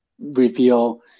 reveal